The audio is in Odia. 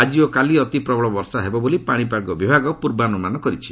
ଆଜି ଓ କାଲି ଅତି ପ୍ରବଳ ବର୍ଷା ହେବ ବୋଲି ପାଣିପାଗ ବିଭାଗ ପୂର୍ବାନୁମାନ କରିଛି